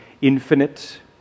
infinite